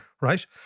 right